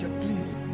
Please